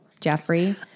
Jeffrey